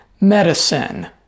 Medicine